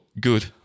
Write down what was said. good